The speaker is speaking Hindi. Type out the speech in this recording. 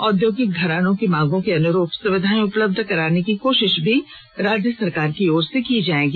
औद्योगिक घरानों की मांगों के अनुरूप सुविधाएं उपलब्ध कराने की कोशिश भी राज्य सरकार की ओर से की जायेगी